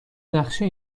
نقشه